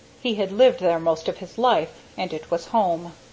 he had lived there most of his life, and it was home.